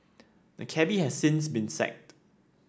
the cabby has since been sacked